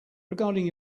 regarding